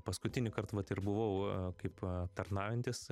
paskutinįkart vat ir buvau kaip patarnaujantis